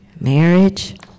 marriage